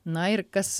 na ir kas